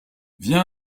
viens